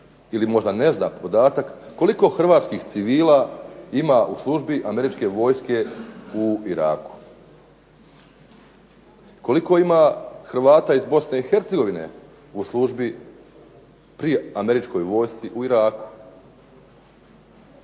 ili možda ne zna podatak koliko hrvatskih civila ima u službi Američke vojske u Iraku, koliko ima Hrvata iz Bosne i Hercegovine pri Američkoj vojsci u Iraku.